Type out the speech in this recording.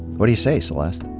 what do you say, celeste?